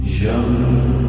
Young